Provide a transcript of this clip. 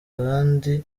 ahandi